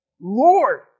Lord